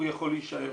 הוא יכול להישאר.